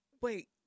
Wait